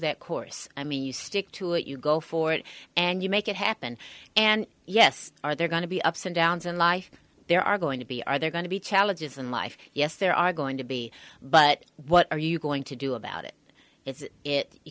that course i mean you stick to it you go for it and you make it happen and yes are there going to be ups and downs in life there are going to be are there going to be challenges in life yes there are going to be but what are you going to do about it it's it you